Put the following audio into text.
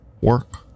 work